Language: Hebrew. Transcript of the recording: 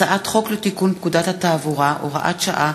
הצעת חוק לתיקון פקודת התעבורה (הוראת שעה),